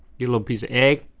little piece of egg.